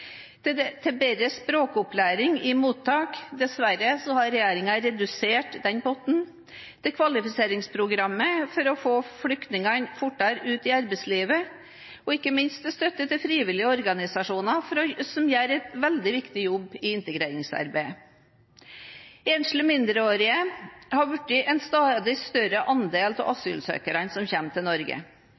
bedre språkopplæring i mottak – dessverre har regjeringen redusert den potten – til kvalifiseringsprogram for å få flyktninger fortere ut i arbeidslivet, og ikke minst til støtte til frivillige organisasjoner som gjør en veldig viktig jobb i integreringsarbeidet. Enslige mindreårige utgjør en stadig større andel av asylsøkerne som kommer til Norge.